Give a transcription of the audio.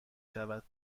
شود